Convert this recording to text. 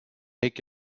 take